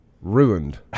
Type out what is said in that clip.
ruined